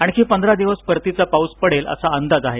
आणखी पंधरा दिवस परतीचा पाऊस पडेल असा अंदाज आहे